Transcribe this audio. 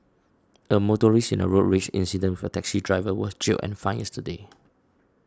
the motorist in a road rage incident with a taxi driver was jailed and fined yesterday